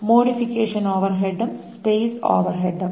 modification ഓവർഹെഡും space ഓവർഹെഡും